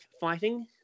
fighting